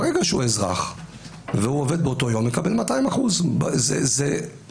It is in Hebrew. ברגע שהוא אזרח והוא עובד באותו יום הוא מקבל 200%. זה פריט